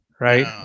right